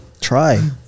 Try